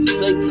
say